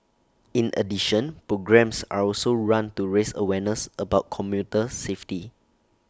in addition programmes are also run to raise awareness about commuter safety